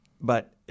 but-